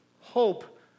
hope